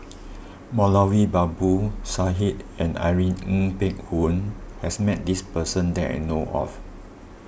Moulavi Babu Sahib and Irene Ng Phek Hoong has met this person that I know of